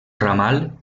ramal